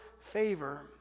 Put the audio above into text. favor